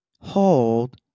hold